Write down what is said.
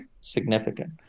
significant